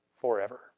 forever